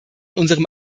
unserem